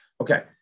Okay